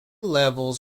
levels